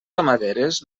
ramaderes